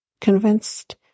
Convinced